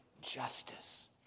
justice